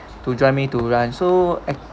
to join me to run so actually